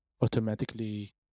automatically